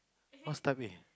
what's type A